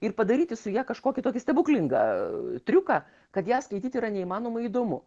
ir padaryti su ja kažkokį tokį stebuklingą triuką kad ją skaityt yra neįmanomai įdomu